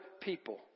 people